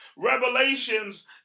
revelations